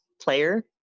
player